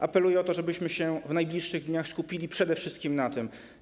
Apeluję o to, żebyśmy w najbliższych dniach skupili się przede wszystkim na tym.